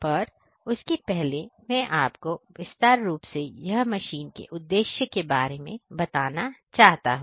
पर उसके पहले मैं आपको विस्तार रूप से यह मशीन के उद्देश्य के बारे में बताना चाहता हूं